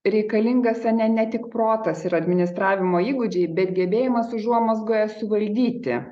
reikalingas ar ne ne tik protas ir administravimo įgūdžiai bet gebėjimas užuomazgoje suvaldyti